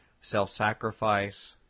self-sacrifice